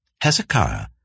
Hezekiah